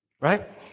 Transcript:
right